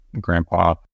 Grandpa